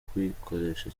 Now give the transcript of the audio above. kwikoresha